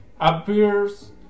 appears